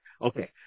okay